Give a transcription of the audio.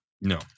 no